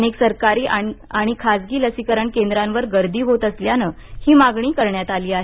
अनेक सरकारी आणि खासगी लसीकरण केंद्रांवर गर्दी होत असल्यानं ही मागणी करण्यात आली आहे